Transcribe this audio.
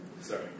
Sorry